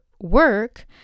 work